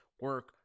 Work